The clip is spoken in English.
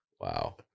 wow